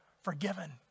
forgiven